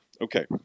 okay